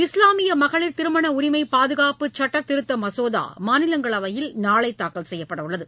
இஸ்லாமிய மகளிர் திருமண உரிமை பாதுகாப்பு சட்டத் திருத்த மசோதா மாநிலங்களவையில் நாளை தாக்கல் செய்யப்படவுள்ளது